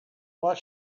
what